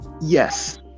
yes